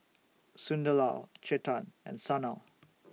Sunderlal Chetan and Sanal